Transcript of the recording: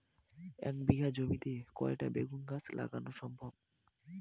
এক বিঘা জমিতে কয়টা বেগুন গাছ লাগানো সম্ভব?